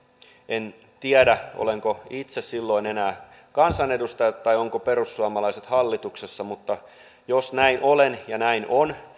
en tiedä olenko itse silloin enää kansanedustaja tai ovatko perussuomalaiset hallituksessa mutta jos olen ja näin on